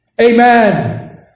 Amen